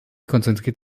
konzentriert